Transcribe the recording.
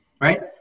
right